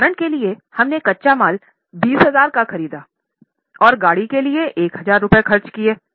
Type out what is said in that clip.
उदाहरण के लिए हमने कच्चा माल 20000 का ख़रीदा है और गाड़ी के लिए 1000 खर्च किए हैं